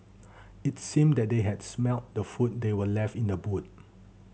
it seemed that they had smelt the food that were left in the boot